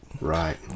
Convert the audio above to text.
Right